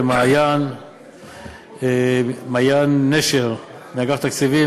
למעין נשר מאגף התקציבים,